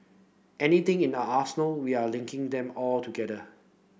anything in our arsenal we are linking them all together